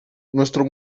nuestro